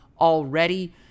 already